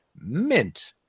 mint